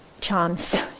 chance